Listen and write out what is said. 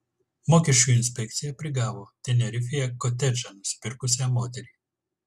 mokesčių inspekcija prigavo tenerifėje kotedžą nusipirkusią moterį